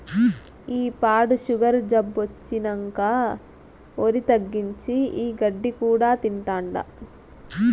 ఈ పాడు సుగరు జబ్బొచ్చినంకా ఒరి తగ్గించి, ఈ గడ్డి కూడా తింటాండా